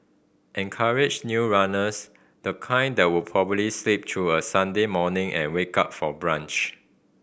encourage new runners the kind that would probably sleep through a Sunday morning and wake up for brunch